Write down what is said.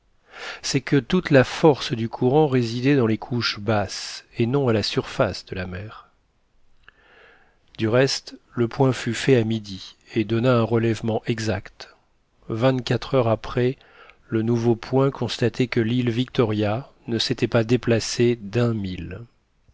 c'est que toute la force du courant résidait dans les couches basses et non à la surface de la mer du reste le point fut fait à midi et donna un relèvement exact vingt-quatre heures après le nouveau point constatait que l'île victoria ne s'était pas déplacée d'un mille